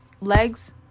legs